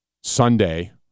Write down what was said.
Sunday